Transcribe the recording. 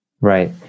Right